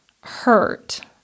hurt